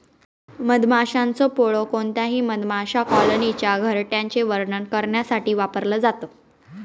मधमाशांच पोळ कोणत्याही मधमाशा कॉलनीच्या घरट्याचे वर्णन करण्यासाठी वापरल जात